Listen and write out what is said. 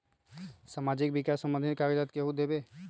समाजीक विकास संबंधित कागज़ात केहु देबे?